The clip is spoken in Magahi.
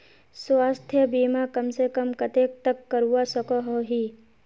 स्वास्थ्य बीमा कम से कम कतेक तक करवा सकोहो ही?